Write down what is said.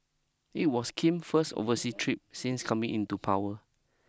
it was Kim first oversea trip since coming into power